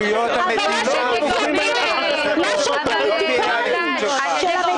אנחנו רוצים את זה בהצעת חוק